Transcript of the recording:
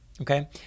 okay